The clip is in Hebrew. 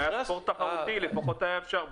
אם היה ספורט תחרותי לפחות היה אפשר.